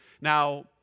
Now